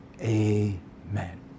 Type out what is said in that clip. Amen